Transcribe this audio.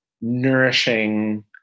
nourishing